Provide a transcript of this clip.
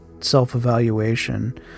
self-evaluation